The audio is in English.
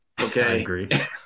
Okay